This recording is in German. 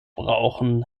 brauchen